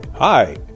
Hi